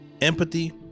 Empathy